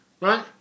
Right